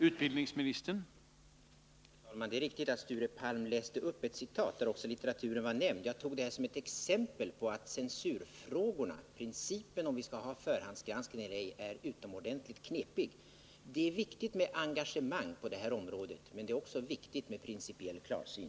Herr talman! Det är riktigt att Sture Palm läste upp ett citat, där också litteraturen var nämnd. Jag tog detta som ett exempel på att censurfrågorna — om vi i princip skall ha förhandsgranskning eller ej — är utomordentligt knepiga. Det är viktigt med engagemang på detta område, men det är också viktigt med principiell klarsyn.